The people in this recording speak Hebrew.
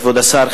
כבוד השר,